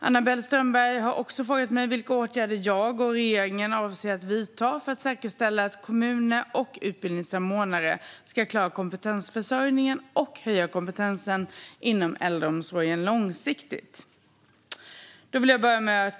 Anna-Belle Strömberg har också frågat mig vilka åtgärder jag och regeringen avser att vidta för att säkerställa att kommuner och utbildningsanordnare ska klara kompetensförsörjningen och höja kompetensen inom äldreomsorgen långsiktigt.